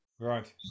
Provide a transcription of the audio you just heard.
Right